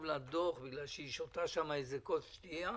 לה דוח בגלל שהיא שותה איזה כוס שתייה?